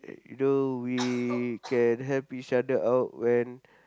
either we can help each other out when